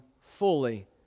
fully